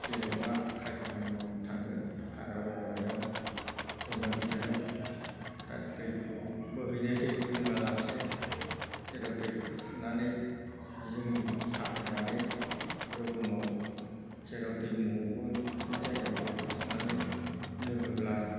जेनेबा खाय खामानि मावनो थांगोन हाग्रा बंग्रायाव दैमा गिदिराव दा दैखौ बोहैनाय दैखौ लोङालासे जेराव दैखु खुरनानै जों साफायनानै रुगुङाव जेराव दैमु ग'गोन बे जायगायाव दैखु खुरनानै लोङोब्ला